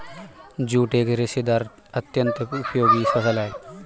jute एक रेशेदार अत्यन्त उपयोगी फसल है